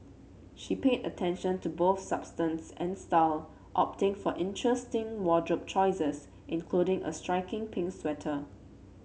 she paid attention to both substance and style opting for interesting wardrobe choices including a striking pink sweater